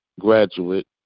graduate